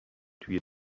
توی